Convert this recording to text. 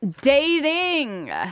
Dating